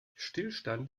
stillstand